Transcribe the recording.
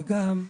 וגם,